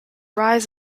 rise